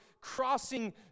crossing